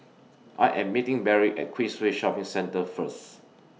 I Am meeting Berry At Queensway Shopping Centre First